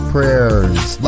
Prayers